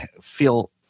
feel